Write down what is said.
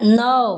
नौ